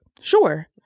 sure